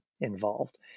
involved